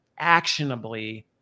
actionably